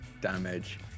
damage